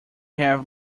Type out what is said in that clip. have